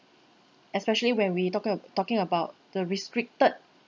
especially when we talking about talking about the restricted